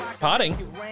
potting